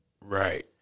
Right